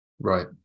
Right